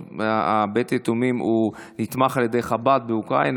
בית היתומים נתמך על ידי חב"ד באוקראינה.